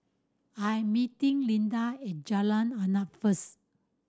I'm meeting Linda at Jalan Arnap first